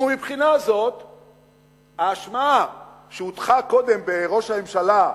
ומבחינה זו האשמה שהוטחה קודם בראש הממשלה,